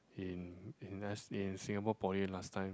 in in s in Singapore poly last time